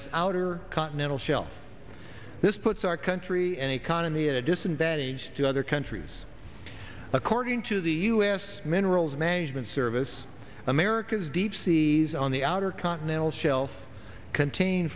its outer continental shelf this puts our country and economy at a disadvantage to other countries according to the u s minerals management service america's deep seas on the outer continental shelf contain